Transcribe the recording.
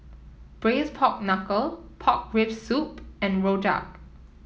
Braised Pork Knuckle Pork Rib Soup and rojak